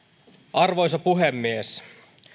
arvoisa puhemies